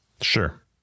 Sure